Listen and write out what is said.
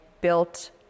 built